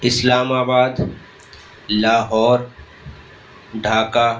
اسلام آباد لاہور ڈھاکہ